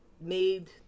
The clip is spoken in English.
made